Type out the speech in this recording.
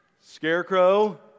Scarecrow